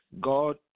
God